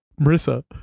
Marissa